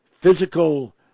physical